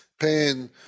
Paying